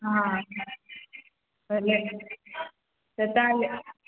हा भले त तव्हां लि